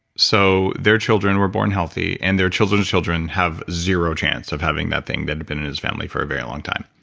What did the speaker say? so their children were born healthy and their children's children have zero chance of having that thing, that had been in his family for a very long time.